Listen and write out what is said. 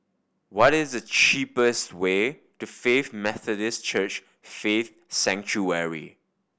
what is the cheapest way to Faith Methodist Church Faith Sanctuary